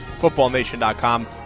footballnation.com